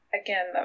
again